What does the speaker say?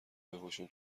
بپوشون